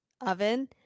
Oven